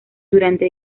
durante